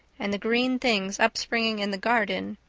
and the green things upspringing in the garden,